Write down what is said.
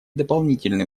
дополнительные